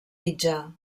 mitjà